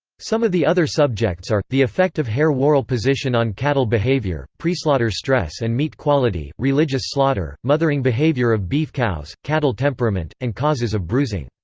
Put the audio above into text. some of the other subjects are the effect of hair whorl position on cattle behavior, preslaughter stress and meat quality, religious slaughter, mothering behavior of beef cows, cattle temperament, and causes of bruising.